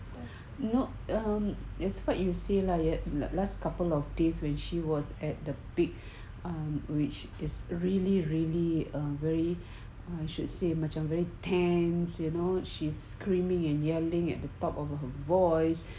not um it's quite to say lah couple of days when she was at the peak um which is really really very I should say macam mana very tense you okay she was screaming and yelling at the top of her voice